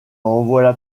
revoilà